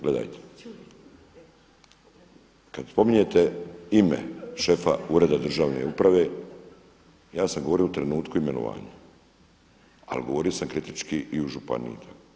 Gledajte, kad spominjete ime šefa ureda državne uprave ja sam govorio o trenutku imenovanja ali govorio sam kritički i u županiji.